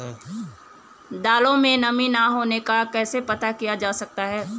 दालों में नमी न होने का कैसे पता किया जा सकता है?